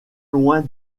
loin